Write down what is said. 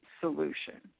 solution